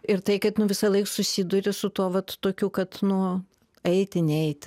ir tai kad nu visąlaik susiduri su tuo vat tokiu kad nu eiti neit